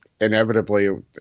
inevitably